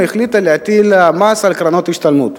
החליטה להטיל מס על קרנות השתלמות.